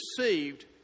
received